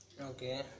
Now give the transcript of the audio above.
Okay